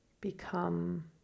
Become